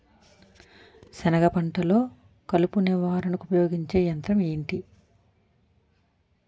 సెనగ పంటలో కలుపు నివారణకు ఉపయోగించే యంత్రం ఏంటి?